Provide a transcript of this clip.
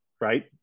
Right